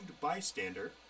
bystander